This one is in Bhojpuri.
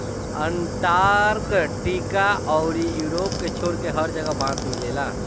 अंटार्कटिका अउरी यूरोप के छोड़के हर जगह बांस मिलेला